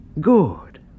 Good